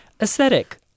Aesthetic